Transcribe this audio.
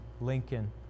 Lincoln